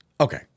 Okay